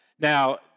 Now